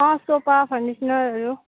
sofa फर्निचनरहरू